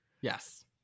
Yes